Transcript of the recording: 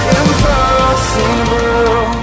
impossible